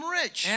rich